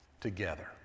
together